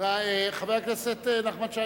חבר הכנסת נחמן שי,